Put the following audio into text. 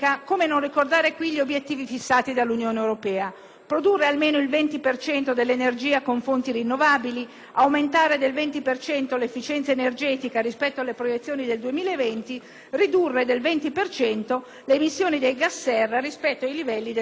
produrre almeno il 20 per cento dell'energia con fonti rinnovabili, aumentare del 20 per cento l'efficienza energetica rispetto alle proiezioni del 2020, ridurre del 20 per cento le emissioni di gas serra rispetto ai livelli del 1990. Dove vuole fermarsi l'Italia?